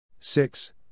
Six